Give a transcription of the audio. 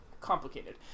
Complicated